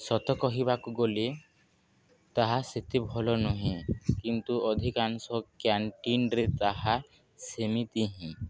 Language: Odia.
ସତ କହିବାକୁ ଗଲି ତାହା ସେତେ ଭଲ ନୁହେଁ କିନ୍ତୁ ଅଧିକାଂଶ କ୍ୟାଣ୍ଟିନ୍ରେ ତାହା ସେମିତି ହିଁ